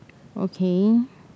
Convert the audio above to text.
okay